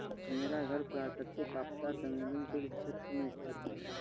मेरा घर प्राकृतिक आपदा संवेदनशील क्षेत्र में स्थित है